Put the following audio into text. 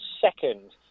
second